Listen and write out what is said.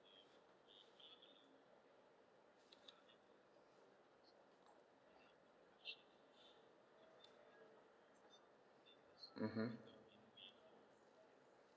mmhmm